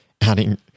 adding